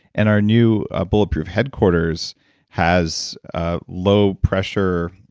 and our new ah bulletproof headquarters has a low pressure.